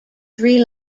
three